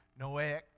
Noahic